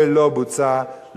ולא בוצע,